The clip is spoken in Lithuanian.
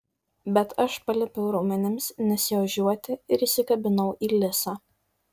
bet aš paliepiau raumenims nesiožiuoti ir įsikabinau į lisą